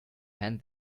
hand